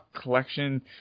collection